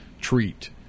treat